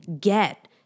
get